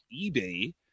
eBay